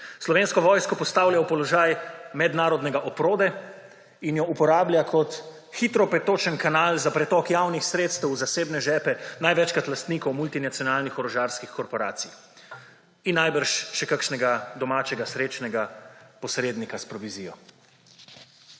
Slovensko vojsko postavlja v položaj mednarodne oprode in jo uporablja kot hitro pretočen kanal za pretok javnih sredstev v zasebne žepe največkrat lastnikom multinacionalk orožarskih korporacij in najbrž še kakšnega domačega srečnega posrednika s provizijo.